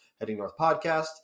headingnorthpodcast